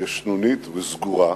ישנונית וסגורה,